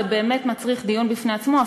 זה באמת מצריך דיון בפני עצמו,